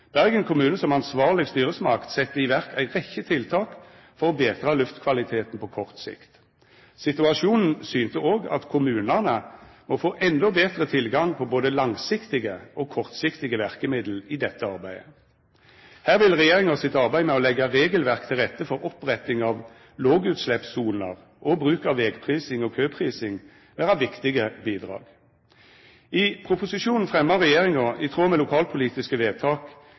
Bergen kommune som ansvarleg styresmakt sette i verk ei rekkje tiltak for å betra luftkvaliteten på kort sikt. Situasjonen synte òg at kommunane må få endå betre tilgang både på langsiktige og kortsiktige verkemiddel i dette arbeidet. Her vil regjeringa sitt arbeid med å leggja regelverket til rette for oppretting av lågutsleppssoner og bruk av vegprising og køprising vera viktige bidrag. I proposisjonen fremjar regjeringa – i tråd med lokalpolitiske vedtak